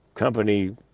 company